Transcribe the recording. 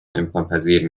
امکانپذیر